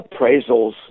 appraisals